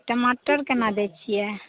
टमाटर केना दैत छियै